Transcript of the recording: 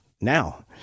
Now